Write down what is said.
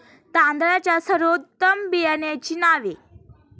तांदळाच्या सर्वोत्तम बियाण्यांची नावे?